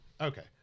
Okay